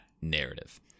narrative